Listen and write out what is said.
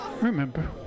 remember